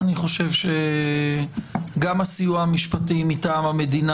אני חושב שגם הסיוע המשפטי מטעם המדינה